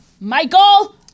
Michael